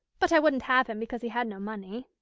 but i wouldn't have him because he had no money.